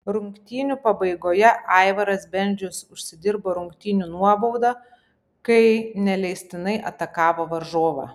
rungtynių pabaigoje aivaras bendžius užsidirbo rungtynių nuobaudą kai neleistinai atakavo varžovą